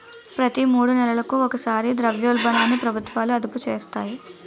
ప్రతి మూడు నెలలకు ఒకసారి ద్రవ్యోల్బణాన్ని ప్రభుత్వాలు అదుపు చేస్తాయి